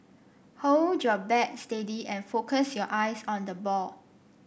hold your bat steady and focus your eyes on the ball